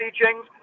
teachings